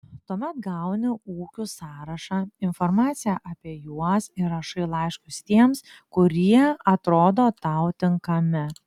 tuomet gauni ūkių sąrašą informaciją apie juos ir rašai laiškus tiems kurie atrodo tau tinkami